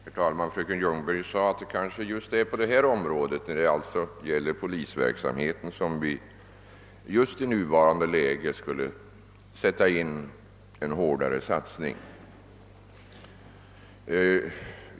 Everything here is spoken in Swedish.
Herr talman! Fröken Ljungberg sade att det kanske just är på detta område -— alltså beträffande polisverksamheten — som vi i nuvarande läge skall göra en hårdare satsning.